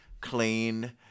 Clean